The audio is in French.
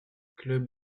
club